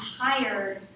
hired